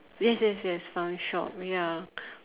yes yes yes fun shop ya